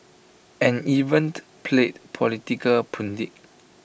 and evened played political pundit